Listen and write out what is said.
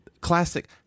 classic